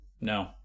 No